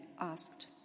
asked